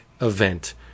event